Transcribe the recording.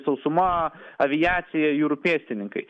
sausuma aviacija jūrų pėstininkai